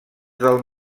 del